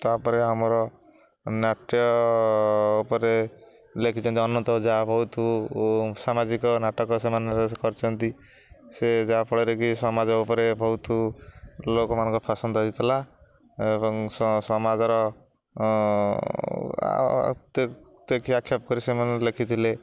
ତାପରେ ଆମର ନାଟ୍ୟ ଉପରେ ଲେଖିଛନ୍ତି ଅନନ୍ତ ଓଝା ବହୁତ ସାମାଜିକ ନାଟକ ସେମାନେ କରିଛନ୍ତି ସେ ଯାହାଫଳରେ କି ସମାଜ ଉପରେ ବହୁତ ଲୋକମାନଙ୍କ ପସନ୍ଦ ହୋଇଥିଲା ଏବଂ ସମାଜର ଦେଖି ଆକ୍ଷେପ କରି ସେମାନେ ଲେଖିଥିଲେ